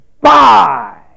Bye